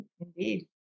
Indeed